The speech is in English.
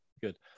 good